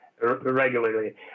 regularly